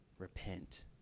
repent